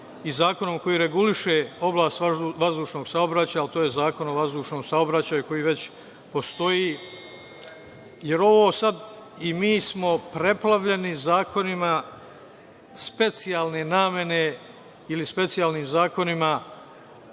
i zakonom koji reguliše oblast vazdušnog saobraćaja, a to je Zakon o vazdušnom saobraćaju koji već postoji. Mi smo preplavljeni zakonima specijalne namene ili specijalnim zakonima,